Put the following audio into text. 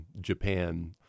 Japan